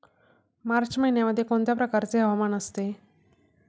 मार्च महिन्यामध्ये कोणत्या प्रकारचे हवामान असते?